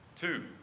Two